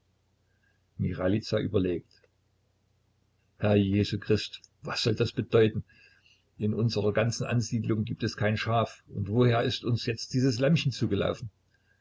michailiza überlegt herr jesu christ was soll das bedeuten in unserer ganzen ansiedlung gibt es kein schaf und woher ist uns jetzt dieses lämmchen zugelaufen